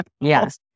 Yes